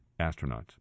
astronauts